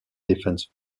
defense